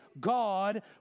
God